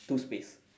to space